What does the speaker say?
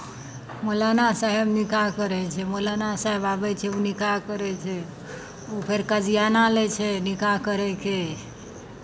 मौलाना साहेब निकाह करै छै मौलाना साहेब आबै छै ओ निकाह करै छै ओ फेर कजियाना लै छै निकाह करयके